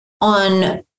on